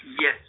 yes